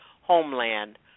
homeland